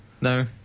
No